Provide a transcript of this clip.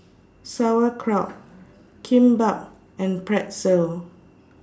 Sauerkraut Kimbap and Pretzel